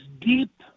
deep